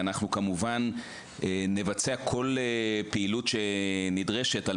ואנחנו כמובן נצבע כל פעילות שנדרשת על